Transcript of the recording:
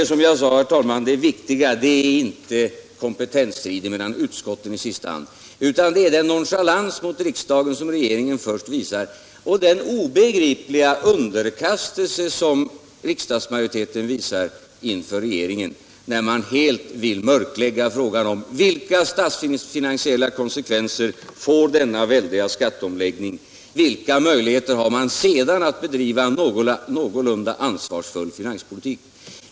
Det viktiga är ju, som jag sade tidigare, inte kompetensstriden mellan utskotten i sista hand, utan den nonchalans mot riksdagen som regeringen visar och den obegripliga underkastelse som riksdagsmajoriteten visar regeringen när man helt vill mörklägga frågan om vilka statsfinansiella konsekvenser denna väldiga skatteomläggning får. Vilka möjligheter har man sedan att bedriva en någorlunda ansvarsfull finanspolitik?